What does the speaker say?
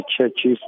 churches